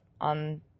on